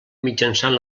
mitjançant